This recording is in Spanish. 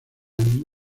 año